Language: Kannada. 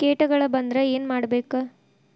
ಕೇಟಗಳ ಬಂದ್ರ ಏನ್ ಮಾಡ್ಬೇಕ್?